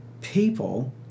people